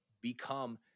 become